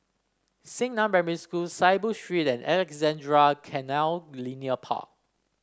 Xingnan Primary School Saiboo Street and Alexandra Canal Linear Park